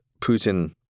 Putin